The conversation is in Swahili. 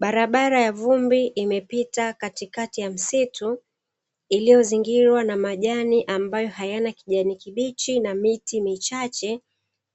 Bara bara ya vumbi imepita kati kati ya msitu, iliyo zingilwa na majani, ambayo hayana kijani kibichi na miti michache,